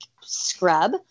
scrub